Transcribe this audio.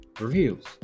reveals